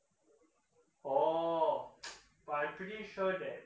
oh but I pretty sure that